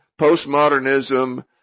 postmodernism